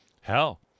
Hell